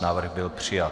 Návrh byl přijat.